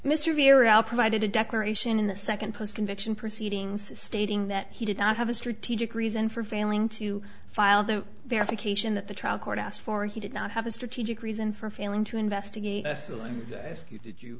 very out provided a declaration in the second post conviction proceedings stating that he did not have a strategic reason for failing to file the verification that the trial court asked for he did not have a strategic reason for failing to investigate the and if you